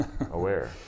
aware